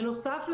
בנוסף,